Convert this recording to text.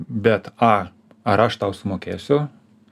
bet a ar aš tau sumokėsiu